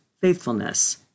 faithfulness